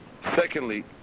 Secondly